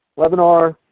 webinar.